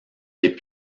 les